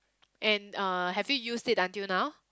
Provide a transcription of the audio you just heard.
and uh have you used it until now